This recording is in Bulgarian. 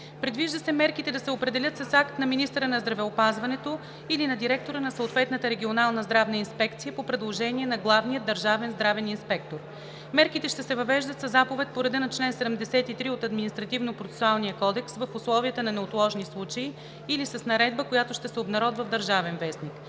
Предвижда се мерките да се определят с акт на министъра на здравеопазването или на директора на съответната Регионална здравна инспекция по предложение на главния държавен здравен инспектор. Мерките ще се въвеждат със заповед по реда на чл. 73 от Административнопроцесуалния кодекс в условията на неотложни случаи или с наредба, която ще се обнародва в „Държавен вестник“.